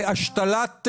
בבקשה.